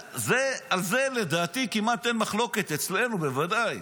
על זה לדעתי כמעט אין מחלוקת, אצלנו בוודאי.